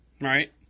Right